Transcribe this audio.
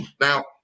Now